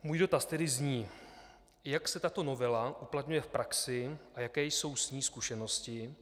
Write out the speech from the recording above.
Můj dotaz tedy zní, jak se tato novela uplatňuje v praxi a jaké jsou s ní zkušenosti.